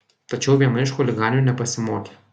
tačiau viena iš chuliganių nepasimokė